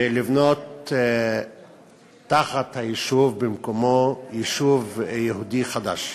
ולבנות תחת היישוב, במקומו, יישוב יהודי חדש.